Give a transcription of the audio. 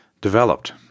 developed